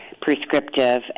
prescriptive